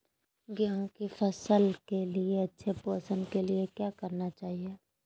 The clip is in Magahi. गेंहू की फसल के अच्छे पोषण के लिए क्या करना चाहिए?